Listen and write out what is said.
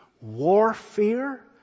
Warfare